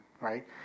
right